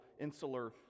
insular